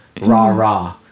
rah-rah